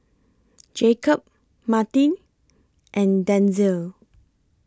Jacob Marti and Denzil